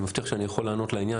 אני מבטיח שאני יכול לענות לעניין,